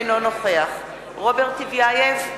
אינו נוכח רוברט טיבייב,